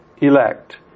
elect